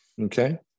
okay